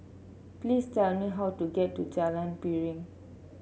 please tell me how to get to Jalan Piring